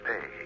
pay